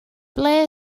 ble